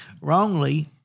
wrongly